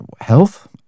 health